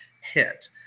hit